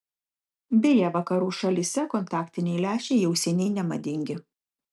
beje vakarų šalyse kontaktiniai lęšiai jau seniai nemadingi